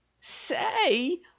say